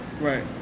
Right